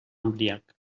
embriac